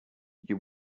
you